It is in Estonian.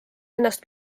ennast